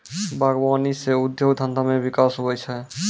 बागवानी से उद्योग धंधा मे बिकास हुवै छै